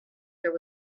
there